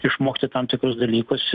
išmokti tam tikrus dalykus